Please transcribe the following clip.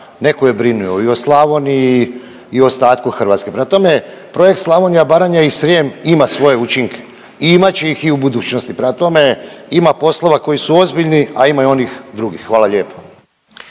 neko je brinio i o Slavoniji i o ostatku Hrvatske. Prema tome, projekt Slavonija, Baranja i Srijem ima svoje učinke i imat će ih i u budućnosti, prema tome ima poslova koji su ozbiljni, a ima i onih drugih. Hvala lijepa.